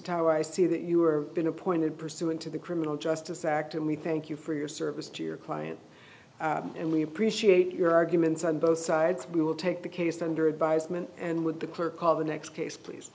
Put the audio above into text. sitara i see that you were been appointed pursuant to the criminal justice act and we thank you for your service to your client and we appreciate your arguments on both sides we will take the case under advisement and with a clear call the next case please